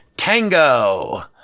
Tango